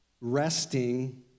resting